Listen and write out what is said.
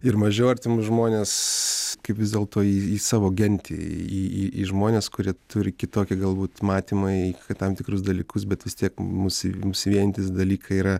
ir mažiau artimus žmones kaip vis dėlto į į savo gentį į į į žmones kurie turi kitokį galbūt matymą į tam tikrus dalykus bet vis tiek mus mus vienijantys dalykai yra